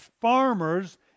farmers